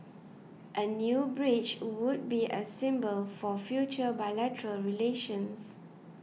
a new bridge would be a symbol for future bilateral relations